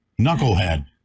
Knucklehead